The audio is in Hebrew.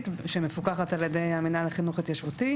שמפוקחת על-ידי המנהל לחינוך התיישבותי,